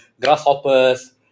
grasshoppers